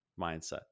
mindset